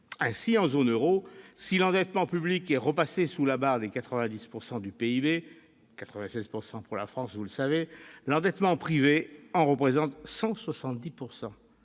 Ainsi, en zone euro, si l'endettement public est repassé sous la barre des 90 % du PIB- 96 % pour la France -, l'endettement privé en représente 170